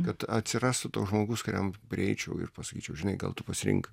kad atsirastų toks žmogus kuriam prieičiau ir pasakyčiau žinai gal tu pasirink